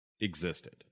existed